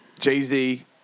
Jay-Z